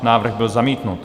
Návrh byl zamítnut.